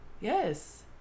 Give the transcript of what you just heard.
yes